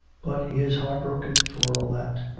but he is heart-broken for all that.